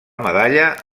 medalla